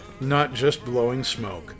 NotJustBlowingSmoke